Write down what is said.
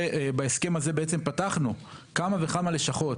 ובהסכם הזה פתחנו כמה וכמה לשכות,